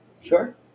sure